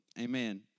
Amen